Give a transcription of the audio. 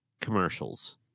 commercials